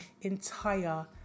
entire